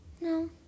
No